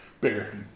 Bigger